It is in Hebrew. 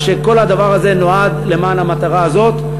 כל הדבר הזה נועד למען המטרה הזאת.